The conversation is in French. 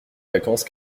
vacances